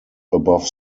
above